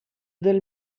del